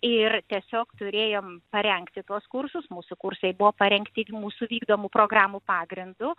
ir tiesiog turėjom parengti tuos kursus mūsų kursai buvo parengti mūsų vykdomų programų pagrindu